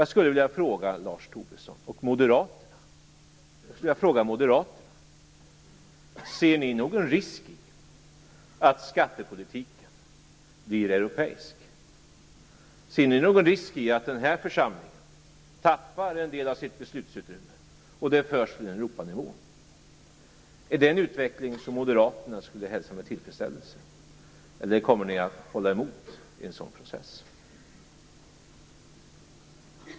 Jag skulle vilja fråga Lars Tobisson och moderaterna: Ser ni någon risk i att skattepolitiken blir europeisk? Ser ni någon risk i att den här församlingen tappar en del av sitt beslutsutrymme och det förs till Europanivå? Är det en utveckling som moderaterna skulle hälsa med tillfredsställelse, eller kommer ni att hålla emot i en sådan process?